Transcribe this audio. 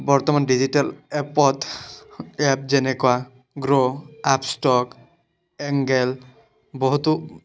বৰ্তমান ডিজিটেল এপত এপ যেনেকুৱা গ্ৰ' আপষ্টক এংগেল বহুতো